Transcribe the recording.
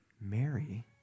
Mary